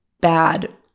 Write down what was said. bad